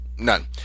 None